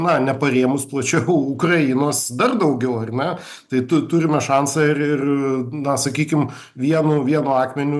na neparėmus plačiau ukrainos dar daugiau ar ne tai tu turime šansą ir ir na sakykim vienu vienu akmeniu